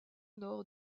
nord